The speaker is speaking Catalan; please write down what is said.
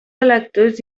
electors